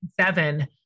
seven